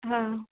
हा